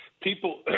people